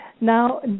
Now